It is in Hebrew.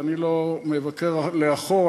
ואני לא מבקר לאחור,